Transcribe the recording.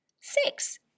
Six